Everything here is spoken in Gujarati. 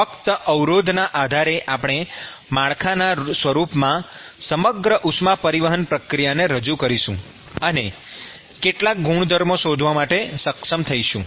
ફક્ત અવરોધના આધારે આપણે માળખાના સ્વરૂપમાં સમગ્ર ઉષ્મા પરિવહન પ્રક્રિયાને રજૂ કરીશું અને કેટલાક ગુણધર્મો શોધવા માટે સક્ષમ થઈશું